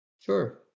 Sure